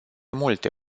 multe